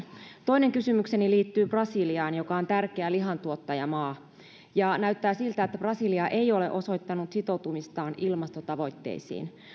toinen kysymykseni liittyy brasiliaan joka on tärkeä lihantuottajamaa näyttää siltä että brasilia ei ole osoittanut sitoutumistaan ilmastotavoitteisiin